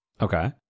Okay